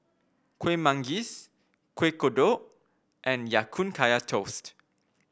Kueh Manggis Kuih Kodok and Ya Kun Kaya Toast